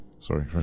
sorry